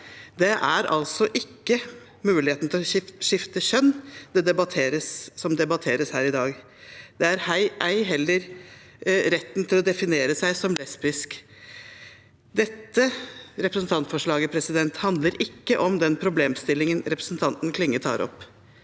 det er altså ikke muligheten til å skifte kjønn som debatteres her i dag. Ei heller er det retten til å definere seg som lesbisk. Dette representantforslaget handler ikke om den problemstillingen representanten Klinge tar opp.